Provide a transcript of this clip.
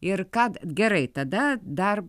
ir kad gerai tada dar